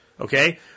Okay